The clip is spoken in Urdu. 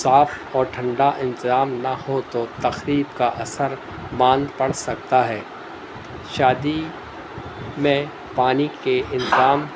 صاف اور ٹھنڈا انتظام نہ ہو تو تقریب کا اثر ماند پڑ سکتا ہے شادی میں پانی کے انظام